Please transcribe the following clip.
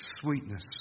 sweetness